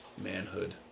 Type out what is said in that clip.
manhood